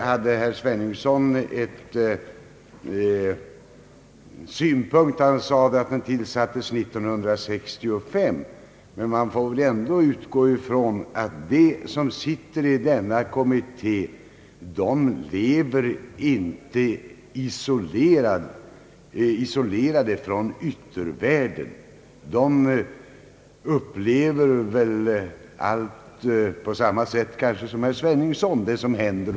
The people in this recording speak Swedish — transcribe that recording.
Herr Svenungsson sade att kommittén tillsattes 1965, men man får väl ändå utgå ifrån att de som sitter i denna kommitté inte lever isolerade från yttervärlden utan upplever allt som händer och sker kanske på samma sätt som herr Svenungsson.